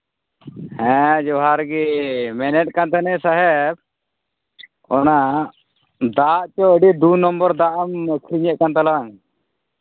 ᱦᱮᱸ ᱡᱚᱦᱟᱨ ᱜᱮ ᱢᱮᱱᱮᱫ ᱛᱟᱦᱮᱱᱤᱧ ᱥᱟᱦᱮᱵᱽ ᱚᱱᱟ ᱫᱟᱜ ᱫᱚ ᱟᱹᱰᱤ ᱫᱩ ᱱᱚᱢᱵᱚᱨ ᱫᱟᱜ ᱮᱢ ᱟᱹᱠᱷᱨᱤᱧᱮᱫ ᱠᱟᱱ ᱛᱟᱞᱟᱝ